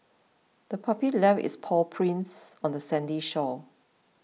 the puppy left its paw prints on the sandy shore